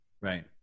Right